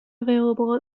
available